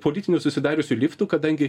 politiniu susidariusiu liftu kadangi